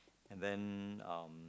and then um